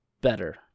better